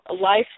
Life